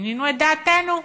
שינינו את דעתנו,